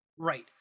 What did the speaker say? Right